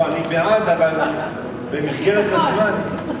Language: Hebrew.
לא, אני בעד, אבל במסגרת הזמן.